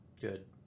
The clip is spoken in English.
Good